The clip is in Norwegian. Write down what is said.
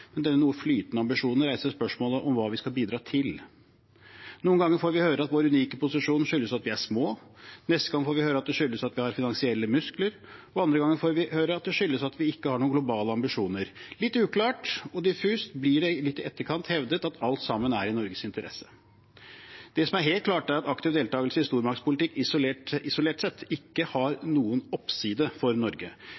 men denne noe flytende ambisjonen reiser spørsmålet om hva vi skal bidra til. Noen ganger får vi høre at vår unike posisjon skyldes at vi er små. Neste gang får vi høre at det skyldes at vi har finansielle muskler. Andre ganger får vi høre at det skyldes at vi ikke har noen globale ambisjoner. Litt uklart og diffust blir det litt i etterkant hevdet at alt sammen er i Norges interesse. Det som er helt klart, er at aktiv deltagelse i stormaktspolitikk isolert sett ikke har